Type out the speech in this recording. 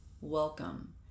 Welcome